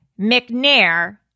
McNair